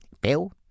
Bill